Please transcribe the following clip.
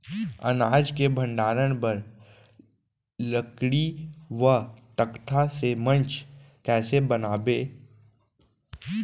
अनाज के भण्डारण बर लकड़ी व तख्ता से मंच कैसे बनाबो ताकि अनाज सुरक्षित रहे?